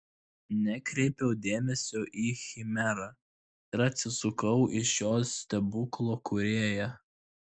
nekreipiau dėmesio į chimerą ir atsisukau į šio stebuklo kūrėją